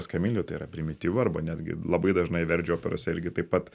eskamilijo tai yra primityvu arba netgi labai dažnai verdžio operose irgi taip pat